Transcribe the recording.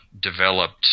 developed